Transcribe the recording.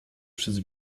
przez